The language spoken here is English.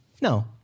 no